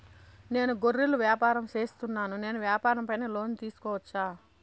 నేను గొర్రెలు వ్యాపారం సేస్తున్నాను, నేను వ్యాపారం పైన లోను తీసుకోవచ్చా?